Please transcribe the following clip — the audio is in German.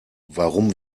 warum